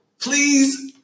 Please